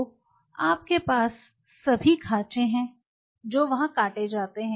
तो आपके पास सभी खांचे हैं जो वहां काटे जाते हैं